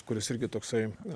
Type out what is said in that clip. kuris irgi toksai